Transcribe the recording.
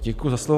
Děkuji za slovo.